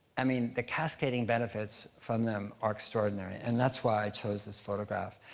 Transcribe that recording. i mean, the cascading benefits from them are extraordinary. and that's why i chose this photograph.